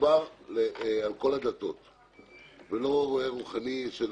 שמדובר על כל הדתות, ולא "רועה רוחני".